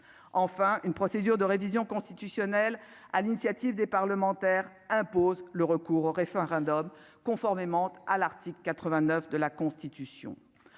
enfin, une procédure de révision constitutionnelle, à l'initiative des parlementaires impose le recours au référendum conformément à l'article 89 de la Constitution,